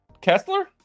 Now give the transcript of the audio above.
Kessler